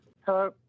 Hello